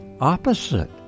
opposite